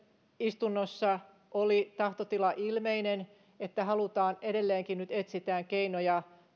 istunnossa oli se tahtotila ilmeinen että halutaan nyt edelleenkin etsiä keinoja